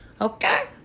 Okay